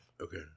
Okay